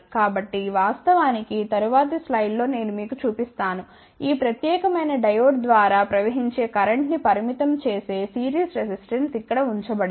కాబట్టి వాస్తవానికి తరువాతి స్లైడ్లో నేను మీకు చూపిస్తాను ఈ ప్రత్యేకమైన డయోడ్ ద్వారా ప్రవహించే కరెంట్ ని పరిమితం చేసే సిరీస్ రెసిస్టెన్స్ ఇక్కడ ఉంచబడింది